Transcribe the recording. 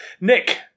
Nick